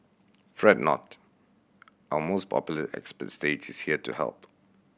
fret not our most popular expert stage is here to help